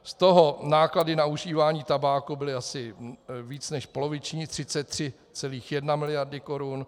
Z toho náklady na užívání tabáku byly asi více než poloviční, 33,1 mld. korun.